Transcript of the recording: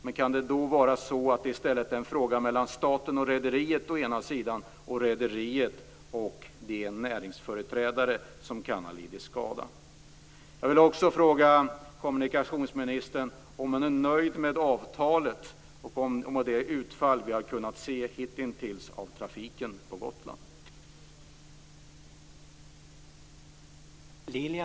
Men kan det då vara så att detta i stället är en fråga mellan staten och rederiet och mellan rederiet och de näringsföreträdare som kan ha lidit skada?